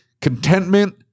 contentment